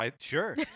Sure